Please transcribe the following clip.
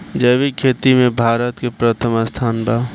जैविक खेती में भारत के प्रथम स्थान बा